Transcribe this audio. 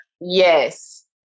yes